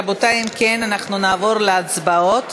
רבותי, אם כן, אנחנו נעבור להצבעות.